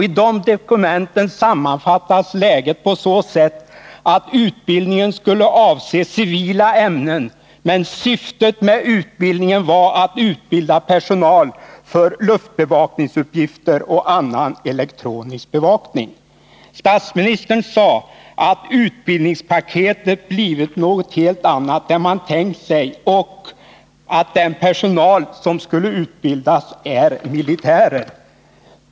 I det dokumentet sammanfattas läget på så sätt att utbildningen skulle avse civila ämnen men att syftet med utbildningen var att utbilda personal för luftbevakningsuppgifter och annan elektronisk bevakning. Statsministern sade att utbildningspaketet blivit något helt annat än man tänkt sig, och att den personal som skulle utbildas är militär.